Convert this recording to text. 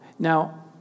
Now